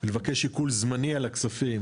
לבקש עיקול זמני על הכספים,